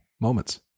moments